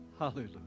Hallelujah